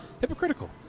hypocritical